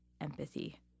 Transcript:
empathy